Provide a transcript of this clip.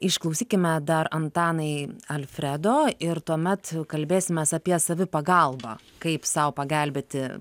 išklausykime dar antanai alfredo ir tuomet kalbėsimės apie savipagalbą kaip sau pagelbėti